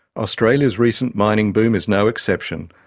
australia's recent mining boom is no exception.